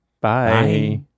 Bye